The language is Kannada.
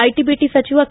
ಐಟ ಬಿಟ ಸಚಿವ ಕೆ